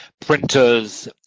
printers